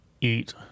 eat